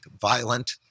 violent